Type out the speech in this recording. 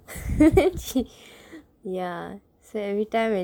ya so every time when